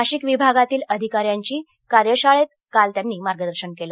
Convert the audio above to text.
नाशिक विभागातील अधिकाऱ्यांची कार्यशाळेत काल त्यांनी मार्गदर्शन केलं